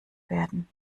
werden